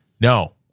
No